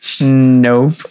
Nope